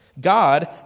God